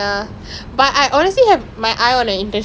that's why நான்:naan I கொஞ்சம்:konjam introvert மாதிரி:maathiri